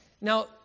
Now